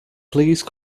please